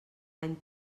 any